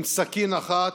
עם סכין אחת,